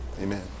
amen